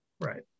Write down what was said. right